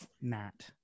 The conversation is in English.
Matt